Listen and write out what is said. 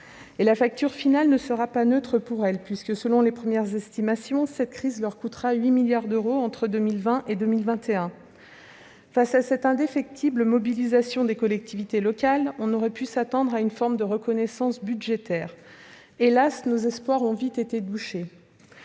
! La facture finale ne sera pas neutre pour les collectivités : selon les premières estimations, cette crise leur coûtera 8 milliards d'euros entre 2020 et 2021. Face à cette indéfectible mobilisation des collectivités locales, on aurait pu s'attendre à une forme de reconnaissance budgétaire. Hélas, nos espoirs ont vite été douchés